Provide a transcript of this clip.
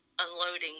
unloading